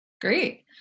Great